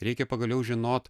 reikia pagaliau žinot